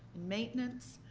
maintenance,